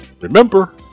Remember